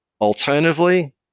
Alternatively